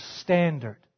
standard